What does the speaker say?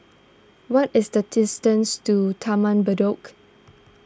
what is the distance to Taman Bedok